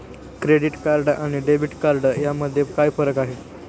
Credit card आणि debit card यामध्ये काय फरक आहे?